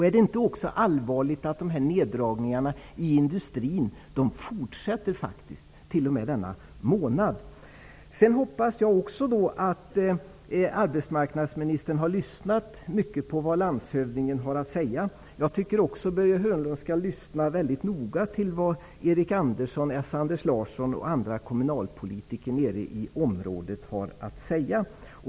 Är det inte också allvarligt att neddragningarna i industrin fortsätter, t.o.m. denna månad? Jag hoppas att arbetsmarknadsministern har lyssnat på vad landshövdingen har att säga. Jag tycker också att Börje Hörnlund skall lyssna mycket noga på vad Eric Andersson och S. Anders Larsson och andra kommunalpolitiker i området har att säga.